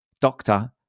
doctor